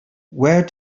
where